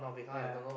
yeah